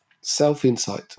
self-insight